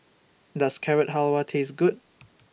Does Carrot Halwa Taste Good